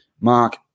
Mark